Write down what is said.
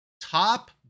Top